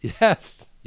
Yes